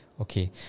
Okay